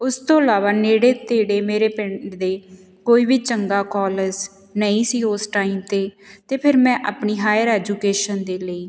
ਉਸ ਤੋਂ ਇਲਾਵਾ ਨੇੜੇ ਤੇੜੇ ਮੇਰੇ ਪਿੰਡ ਦੇ ਕੋਈ ਵੀ ਚੰਗਾ ਕੋਲਜ ਨਹੀਂ ਸੀ ਉਸ ਟਾਈਮ 'ਤੇ ਅਤੇ ਫਿਰ ਮੈਂ ਆਪਣੀ ਹਾਇਰ ਐਜੂਕੇਸ਼ਨ ਦੇ ਲਈ